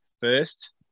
first